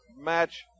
match